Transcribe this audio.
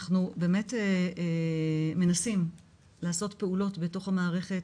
אנחנו באמת מנסים לעשות פעולות בתוך המערכת,